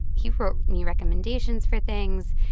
he wrote me recommendations for things.